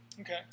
Okay